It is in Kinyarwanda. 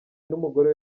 n’umugore